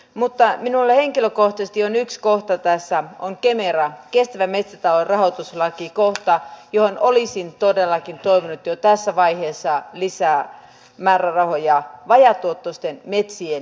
mutta minulle henkilökohtaisesti onyx kohta tässä on kemera kestävän metsätalouden rahoituslaki kohta johon olisin todellakin tuo ylittyy tässä vaiheessa lisää määrärahoja vajaatuottoisten lausunto